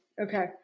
Okay